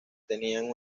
tenían